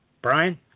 Brian